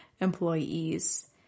employees